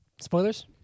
spoilers